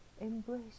embrace